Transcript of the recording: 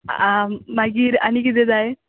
आ मागीर आनी कितें जाय